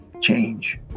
Change